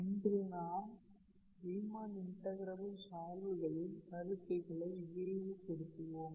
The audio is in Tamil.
இன்று நாம் ரீமன் இன்டகிரபிள் சார்புகளின் கருத்துக்களை விரிவுபடுத்துவோம்